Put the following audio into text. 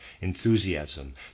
enthusiasm